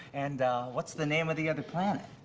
and what's the name of the other planet?